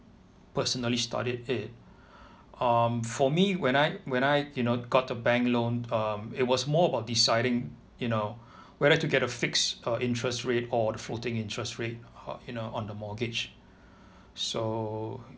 personally studied it um for me when I when I you know got the bank loan um it was more about deciding you know whether to get the fixed uh interest rate or the floating interest rate you know on the mortgage so